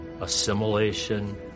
assimilation